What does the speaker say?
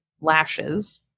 lashes